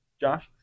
Josh